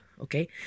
okay